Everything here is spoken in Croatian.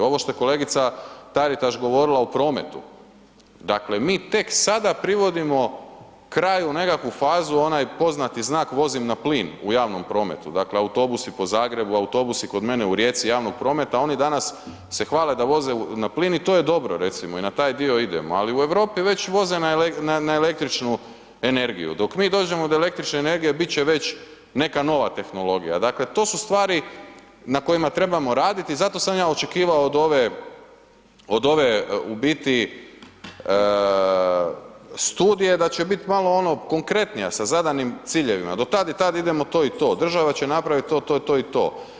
Ovo što je kolegica Taritaš govorila o prometu, dakle mi tek sada privodimo kraju nekakvu fazu, onaj poznati znak vozim na plin u javnom prometu, dakle autobusi po Zagrebu, autobusi kod mene u Rijeci javnog prometa, oni danas se hvale da voze na plin i to je dobro recimo i na taj dio idemo, ali u Europi već voze na, na električnu energiju, dok mi dođemo do električne energije bit će već neka nova tehnologija, dakle to su stvari na kojima trebamo raditi i zato sam ja očekivao od ove, od ove u biti studije da će bit malo ono konkretnija, sa zadanim ciljevima, do tad i tad idemo to i to, država će napravit to, to, to i to.